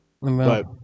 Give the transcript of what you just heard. But-